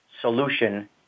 solution